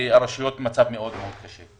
הרשויות במצב קשה מאוד.